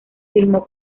firmó